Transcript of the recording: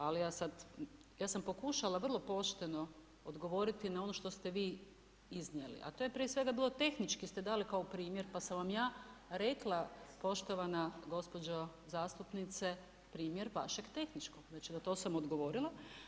Ali ja sam pokušala vrlo pošteno odgovoriti na ono što ste vi iznijeli, a to je prije svega bilo tehnički ste dali kao primjer pa sam vam ja rekla poštovana gospođo zastupnice primjer vašeg tehničkog, znači na to sam odgovorila.